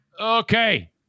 Okay